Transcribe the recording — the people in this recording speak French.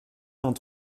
vingt